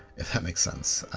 if that makes sense.